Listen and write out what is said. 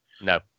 No